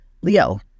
Leo